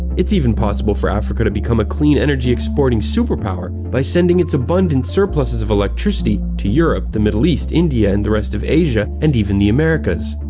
it's even possible for africa to become a clean energy exporting superpower by sending its abundant surpluses of electricity to europe the middle east, india and the rest of asia and even the americas.